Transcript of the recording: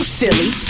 silly